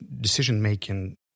decision-making